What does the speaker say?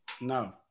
No